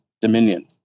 dominion